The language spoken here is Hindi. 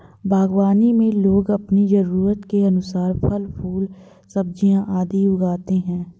बागवानी में लोग अपनी जरूरत के अनुसार फल, फूल, सब्जियां आदि उगाते हैं